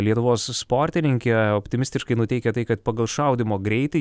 lietuvos sportininkę optimistiškai nuteikia tai kad pagal šaudymo greitį